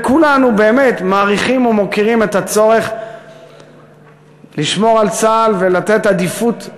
וכולנו באמת מעריכים ומוקירים את הצורך לשמור על צה"ל ולתת עדיפות,